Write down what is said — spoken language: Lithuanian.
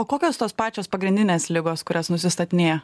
o kokios tos pačios pagrindinės ligos kurias nusistatinėja